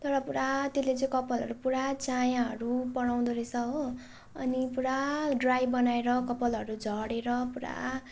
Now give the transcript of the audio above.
तर पुरा त्यसले चाहिँ कपालहरू पुरा चायाहरू पराउँदो रहेछ हो अनि पुरा ड्राई बनाएर कपालहरू झरेर पुरा